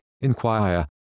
inquire